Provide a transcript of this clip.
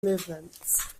movements